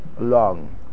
long